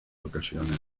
ocasiones